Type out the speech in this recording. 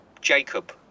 Jacob